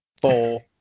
four